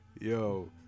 Yo